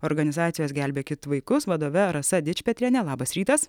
organizacijos gelbėkit vaikus vadove rasa dičpetriene labas rytas